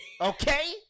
Okay